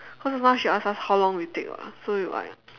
cause just now she ask us how long we take [what] so it might